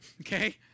okay